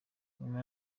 nyuma